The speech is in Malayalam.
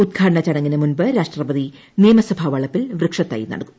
ഉദ്ഘാടന ചടങ്ങിനു മുൻപ് രാഷ്ട്രപതി നിയമസഭാ വളപ്പിൽ വൃക്ഷത്തെ നടും